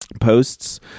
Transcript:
posts